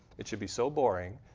it should be so boring,